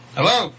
Hello